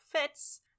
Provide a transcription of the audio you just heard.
fits